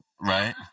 right